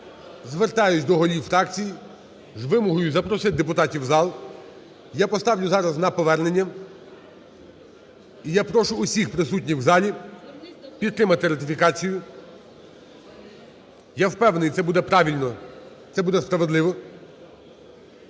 звертаюсь до голів фракцій з вимогою запросити депутатів у зал. Я поставлю зараз на повернення. І я прошу всіх присутніх у залі підтримати ратифікацію. Я впевнений, це буде правильно, це буде справедливо.